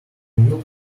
new